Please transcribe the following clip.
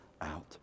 out